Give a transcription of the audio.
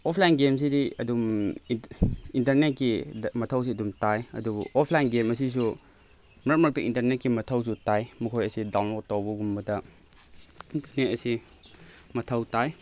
offline ꯒꯦꯝꯁꯤꯗꯤ ꯑꯗꯨꯝ ꯏꯟꯇꯔꯅꯦꯠꯀꯤ ꯃꯊꯧꯁꯦ ꯑꯗꯨꯝ ꯇꯥꯏ ꯑꯗꯨꯕꯨ ꯑꯣꯐꯂꯥꯏꯟ ꯒꯦꯝ ꯑꯁꯤꯁꯨ ꯃꯔꯛ ꯃꯔꯛꯇ ꯏꯟꯇꯔꯅꯦꯠꯀꯤ ꯃꯊꯧꯁꯨ ꯇꯥꯏ ꯃꯈꯣꯏ ꯑꯁꯦ ꯗꯥꯎꯟꯂꯣꯗ ꯇꯧꯕꯒꯨꯝꯕꯗ ꯏꯟꯇꯔꯅꯦꯠ ꯑꯁꯤ ꯃꯊꯧ ꯇꯥꯏ